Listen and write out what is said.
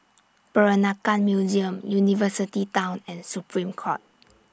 Peranakan Museum University Town and Supreme Court